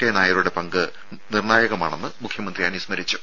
K നായരുടെ പങ്ക് നിർണായകമാണെന്ന് മുഖ്യമന്ത്രി അനുസ്മരിച്ചു